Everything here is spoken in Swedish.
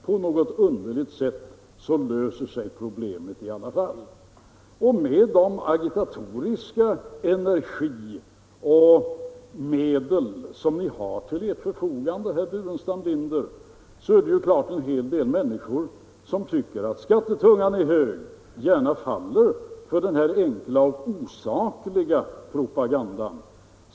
På något underligt sätt löser sig problemet i alla fall. Med hänsyn till de agitatoriska medel som ni har till ert förfogande, herr Burenstam Linder, är det givet att en hel del människor, som tycker att skattebördan är stor, gärna faller för den här enkla och osakliga propagandan.